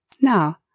Now